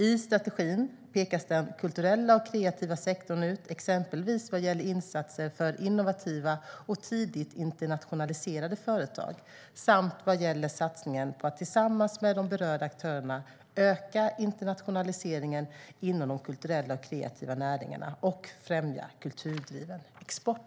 I strategin pekas den kulturella och kreativa sektorn ut, exempelvis vad gäller insatser för innovativa och tidigt internationaliserade företag samt vad gäller satsningen på att tillsammans med berörda aktörer öka internationaliseringen inom de kulturella och kreativa näringarna och främja kulturdriven export.